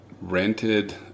rented